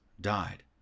died